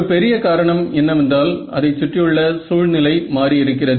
ஒரு பெரிய காரணம் என்னவென்றால் அதைச் சுற்றியுள்ள சூழ்நிலை மாறி இருக்கிறது